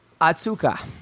Atsuka